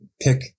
pick